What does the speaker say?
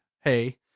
hey